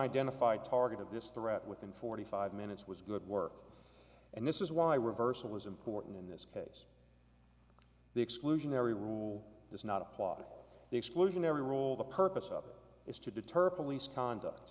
identified target of this threat within forty five minutes was good work and this is why reversal is important in this case the exclusionary rule does not apply the exclusionary rule the purpose of it is to deter police conduct